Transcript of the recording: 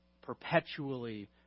perpetually